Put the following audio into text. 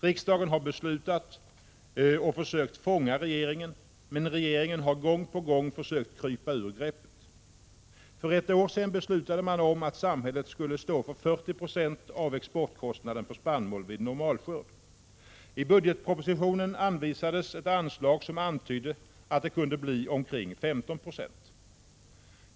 Riksdagen har beslutat och även försökt fånga regeringen, men regeringen har gång på gång försökt krypa ur riksdagens grepp. För ett år sedan beslutade man att samhället skulle stå för 40 76 av exportkostnaden för spannmål vid normalskörd. I budgetpropositionen anvisades ett anslag som antydde att det kunde bli fråga om ca 15 96.